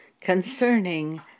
concerning